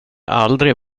aldrig